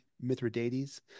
Mithridates